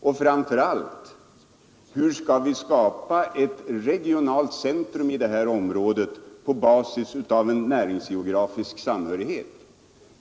Och framför allt: Hur skall vi skapa ett regionalt centrum i det här området på basis av en näringsgeografisk samhörighet?